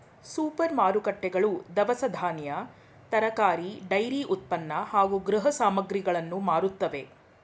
super ಮಾರುಕಟ್ಟೆಗಳು ದವಸ ಧಾನ್ಯ, ತರಕಾರಿ, ಡೈರಿ ಉತ್ಪನ್ನ ಮತ್ತು ಗೃಹ ಸಾಮಗ್ರಿಗಳನ್ನು ಮಾರುತ್ತವೆ